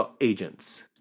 agents